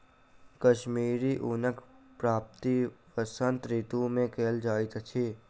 कश्मीरी ऊनक प्राप्ति वसंत ऋतू मे कयल जाइत अछि